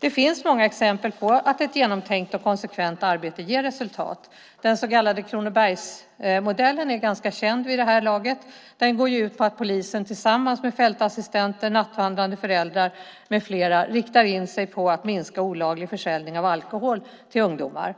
Det finns många exempel på att ett genomtänkt och konsekvent arbete ger resultat. Den så kallade Kronobergsmodellen är ganska känd vid det här laget. Den går ut på att polisen tillsammans med fältassistenter, nattvandrande föräldrar med flera riktar in sig på att minska olaglig försäljning av alkohol till ungdomar